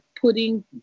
putting